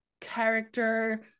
character